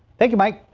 thank you mike.